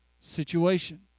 situation